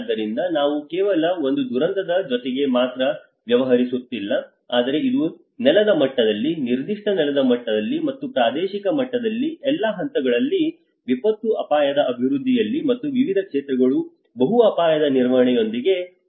ಆದ್ದರಿಂದ ನಾವು ಕೇವಲ ಒಂದು ದುರಂತದ ಜೊತೆಗೆ ಮಾತ್ರ ವ್ಯವಹರಿಸುತ್ತಿಲ್ಲ ಆದರೆ ಇದು ನೆಲದ ಮಟ್ಟದಲ್ಲಿ ನಿರ್ದಿಷ್ಟ ನೆಲದ ಮಟ್ಟದಲ್ಲಿ ಮತ್ತು ಪ್ರಾದೇಶಿಕ ಮಟ್ಟದಲ್ಲಿ ಎಲ್ಲಾ ಹಂತಗಳಲ್ಲಿ ವಿಪತ್ತು ಅಪಾಯದ ಅಭಿವೃದ್ಧಿಯಲ್ಲಿ ಮತ್ತು ವಿವಿಧ ಕ್ಷೇತ್ರಗಳು ಬಹು ಅಪಾಯದ ನಿರ್ವಹಣೆಯೊಂದಿಗೆ ಹೋಗಬೇಕಾಗಿದೆ